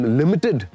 limited